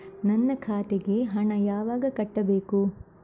ನನ್ನ ಖಾತೆಗೆ ಹಣ ಯಾವಾಗ ಕಟ್ಟಬೇಕು?